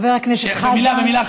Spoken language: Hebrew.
חבר הכנסת חזן.